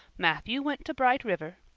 matthew went to bright river.